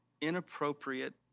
inappropriate